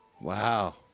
Wow